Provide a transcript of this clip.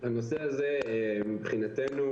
מבחינתנו,